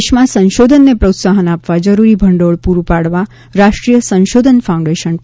દેશમાં સંશોધનને પ્રોત્સાહન આપવા જરૂરી ભંડોળ પૂરૂ પાડવા રાષ્ટ્રીય સંશોધન ફાઉન્ડેશન સ્થપાશે